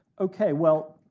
okay, well,